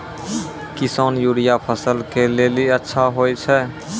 किसान यूरिया फसल के लेली अच्छा होय छै?